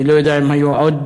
אני לא יודע אם היו עוד,